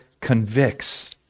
convicts